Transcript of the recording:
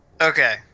Okay